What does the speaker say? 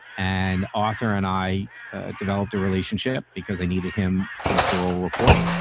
an author. and i ah developed a relationship because i needed him for the parole report.